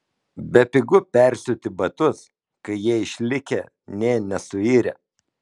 bepigu persiūti batus kai jie išlikę nė nesuirę